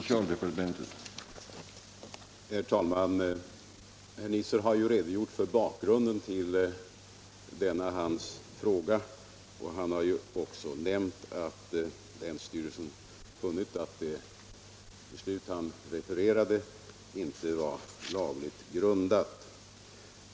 Herr talman! Herr Nisser har redogjort för bakgrunden till sin fråga och nämnt att länsstyrelsen har funnit att det beslut som han refererade inte var lagligt grundat.